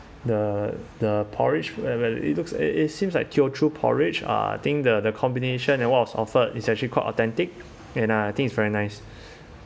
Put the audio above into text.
the the porridge when when it looks it it seems like teochew porridge uh I think the the combination that [one] was offered is actually quite authentic and uh I think it's very nice